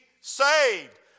saved